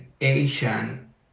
Asian